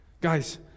Guys